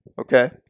Okay